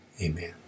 amen